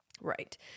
Right